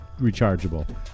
rechargeable